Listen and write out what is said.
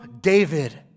David